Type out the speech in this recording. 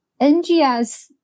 NGS